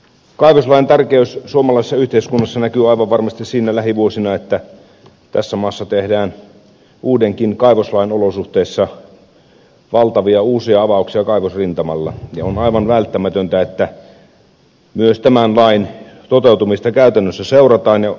kaivoslain tärkeys suomalaisessa yhteiskunnassa näkyy aivan varmasti lähivuosina siinä että tässä maassa tehdään uudenkin kaivoslain olosuhteissa valtavia uusia avauksia kaivosrintamalla ja on aivan välttämätöntä että myös tämän lain toteutumista käytännössä seurataan